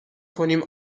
کنیم